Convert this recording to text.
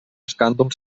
escàndol